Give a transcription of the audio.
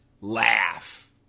laugh